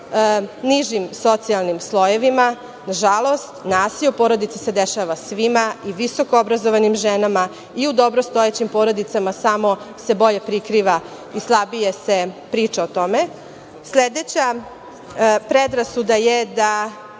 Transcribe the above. nižim socijalnim slojevima. Nažalost, nasilje u porodice se dešava svima, i visokoobrazovanim ženama i u dobro stojećim porodicama, samo se bolje prikriva i slabije se priča o tome. Sledeća predrasuda je da